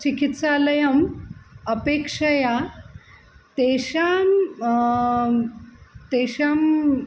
चिकित्सालयस्य अपेक्षया तेषां तेषां